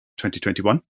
2021